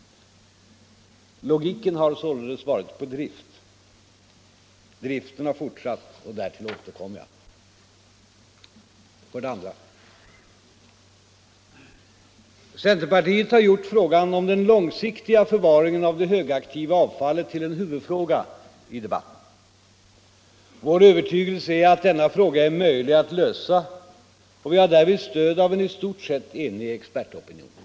Logiken har således varit på drift. Driften har fortsatt. Därtill återkommer jag. För det andra: Centerpartiet har gjort den långsiktiga förvaringen av det högaktiva avfallet till en huvudfråga i debatten. Vår övertygelse är att denna fråga är möjlig att lösa och vi har därvid stöd av en i stort sett enig expertopinion.